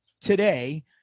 today